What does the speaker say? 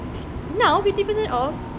now fifty percent off